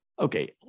okay